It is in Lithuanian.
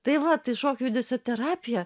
tai va tai šokio judesio terapija